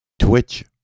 Twitch